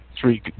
three